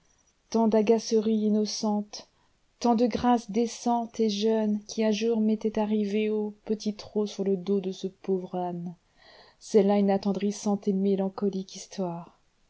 tant d'agacerie innocente tant de grâce décente et jeune qui un jour m'étaient arrivés au petit trot sur le dos de ce pauvre âne c'est là une attendrissante et mélancolique histoire